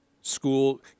school